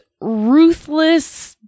Ruthless